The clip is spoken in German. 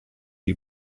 die